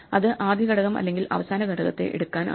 അത് ആദ്യ ഘടകം അല്ലെങ്കിൽ അവസാന ഘടകത്തെ എടുക്കാൻ ആണ്